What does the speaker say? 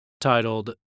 titled